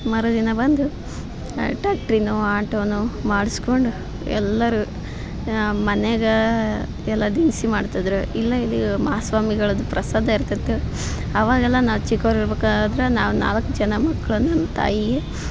ಮರುದಿನ ಬಂದು ಟ್ಯಾಕ್ಟ್ರಿನೋ ಆಟೋನೋ ಮಾಡಸ್ಕೊಂಡು ಎಲ್ಲರೂ ಮನೆಗಾ ಎಲ್ಲ ದಿನಿಸಿ ಮಾಡ್ತಿದ್ದರು ಇಲ್ಲ ಇಲ್ಲಿ ಮಹಾಸ್ವಾಮಿಗಳದ್ದು ಪ್ರಸಾದ ಇರ್ತೈತೆ ಅವಾಗೆಲ್ಲ ನಾವು ಚಿಕ್ಕವ್ರು ಇರ್ಬೇಕಾದರೆ ನಾವು ನಾಲ್ಕು ಜನ ಮಕ್ಕಳನ್ನ ನಮ್ಮ ತಾಯಿಗೆ